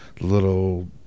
little